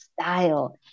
style